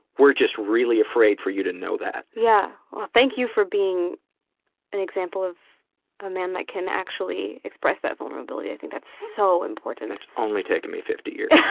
we're just really afraid for you to know that. yeah, well thank you for being an example of a man that can actually express that vulnerability, i think that' so important. only taken me fifty years.